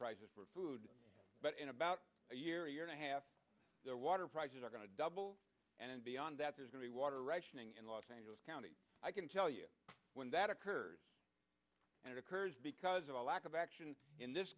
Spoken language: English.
prices for food but in about a year year and a half their water prices are going to double and beyond that there's going to be water rationing in los angeles county i can tell you when that occurs and it occurs because of a lack of action in this